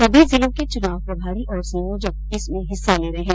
सभी जिलों के चुनाव प्रभारी और संयोजक इसमें हिस्सा ले रहे है